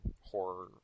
horror